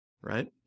right